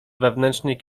wewnętrznej